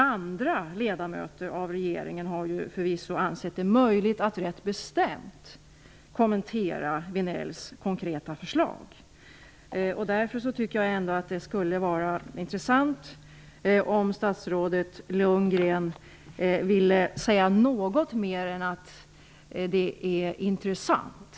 Andra ledamöter av regeringen har ansett det vara möjligt att rätt bestämt kommentera Vinells konkreta förslag. Därför tycker jag att det skulle vara bra om statsrådet Lundgren ville säga någonting mer än att förslaget är intressant.